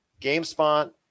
GameSpot